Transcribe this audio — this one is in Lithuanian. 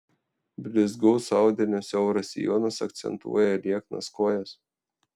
blizgaus audinio siauras sijonas akcentuoja lieknas kojas